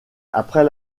après